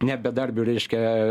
ne bedarbių reiškia